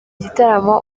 gitaramo